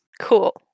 Cool